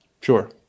Sure